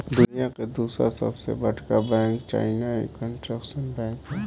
दुनिया के दूसर सबसे बड़का बैंक चाइना कंस्ट्रक्शन बैंक ह